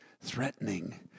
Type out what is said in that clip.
threatening